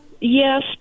yes